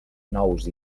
nous